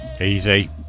Easy